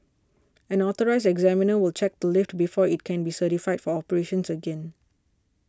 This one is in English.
an Authorised Examiner will check the lift before it can be certified for operations again